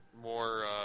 more